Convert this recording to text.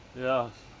ya